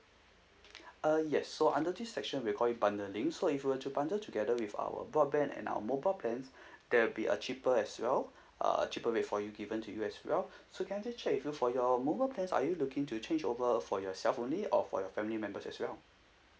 uh yes so under this section we'll call it bundling so if you were to bundle together with our broadband and our mobile plans they will be uh cheaper as well uh cheaper rate for you given to you as well so can I just check with you for your mobile plans are you looking to change over for yourself only or for your family members as well